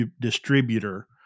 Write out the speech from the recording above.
distributor